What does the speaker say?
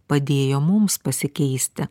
padėjo mums pasikeisti